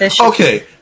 Okay